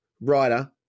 writer